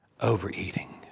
Overeating